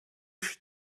should